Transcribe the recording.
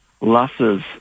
losses